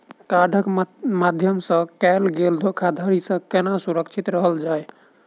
कार्डक माध्यम सँ कैल गेल धोखाधड़ी सँ केना सुरक्षित रहल जाए?